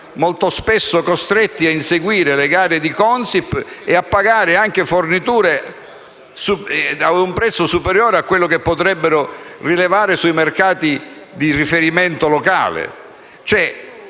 molto spesso costretti ad inseguire le gare di Consip e a pagare le forniture ad un prezzo superiore rispetto a quello che potrebbero trovare sui mercati locali di riferimento.